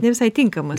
ne visai tinkamas